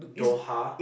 Doha